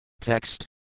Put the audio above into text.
Text